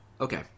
Okay